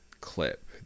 clip